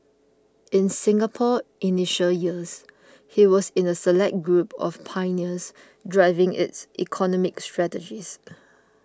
in Singapore's initial years he was in a select group of pioneers driving its economic strategies